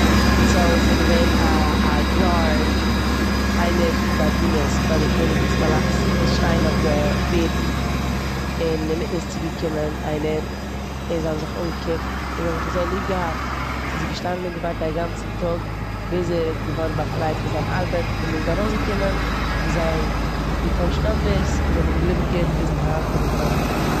סאו ס'געווען א- א גארד, איינער פון די באדינערס ביי די קעניגן'ס פאלאץ וואס שטייען אויף די פערדן און אינמיטן איז צוגעקומען איינער און זיי האבן זיך אנגעקוקט און זיי האבן זיך אזוי ליב געהאט סאו זי איז געשטאנען און געווארט א גאנצן טאג ביז ער איז געווארן באפרייט פון זיין ארבעט און ער איז ארויסגעקומען האבן זיי געטוישט נאמבערס און זיי זענען געבליבן גוט ביזן היינטיגן טאג.